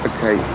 Okay